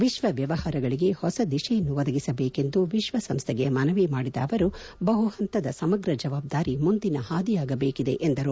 ವಿಶ್ವ ವ್ಯವಹಾರಗಳಿಗೆ ಹೊಸ ದಿಶೆಯನ್ನು ಒದಗಿಸಬೇಕೆಂದು ವಿಶ್ವ ಸಂಸ್ಥೆಗೆ ಮನವಿ ಮಾಡಿದ ಅವರು ಬಹುಹಂತದ ಮತ್ತು ಸಮಗ್ರ ಜವಾಬ್ಗಾರಿ ಮುಂದಿನ ಹಾದಿಯಾಗಬೇಕಾಗಿದೆ ಎಂದರು